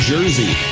Jersey